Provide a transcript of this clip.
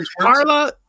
Carla